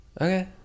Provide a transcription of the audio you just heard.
okay